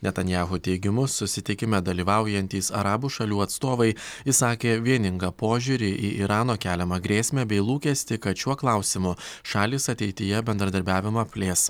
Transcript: netanjahu teigimu susitikime dalyvaujantys arabų šalių atstovai išsakė vieningą požiūrį į irano keliamą grėsmę bei lūkestį kad šiuo klausimu šalys ateityje bendradarbiavimą plės